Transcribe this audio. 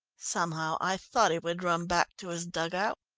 somehow i thought he would run back to his dug-out.